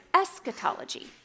eschatology